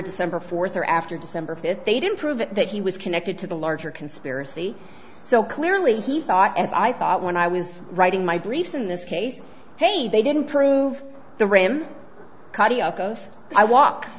december fourth or after december fifth they didn't prove that he was connected to the larger conspiracy so clearly he thought as i thought when i was writing my briefs in this case hey they didn't prove the ram goes i walk